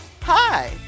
Hi